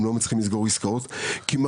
הם לא מצליחים לסגור עסקאות וזה מהסיבה הפשוטה